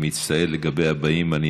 תודה רבה, אדוני.